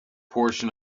portion